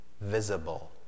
visible